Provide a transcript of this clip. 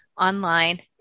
online